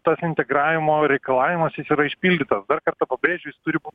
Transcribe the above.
tas integravimo reikalavimas jis yra išpildytas dar kartą pabrėžiu jis turi būt